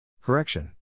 Correction